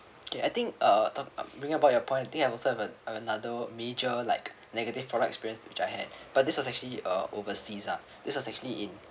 okay I think uh talk about bring about your point I think I also have another major like negative product experience which I had but this was actually uh overseas uh this was actually in